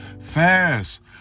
fast